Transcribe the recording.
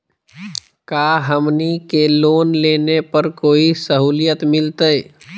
का हमनी के लोन लेने पर कोई साहुलियत मिलतइ?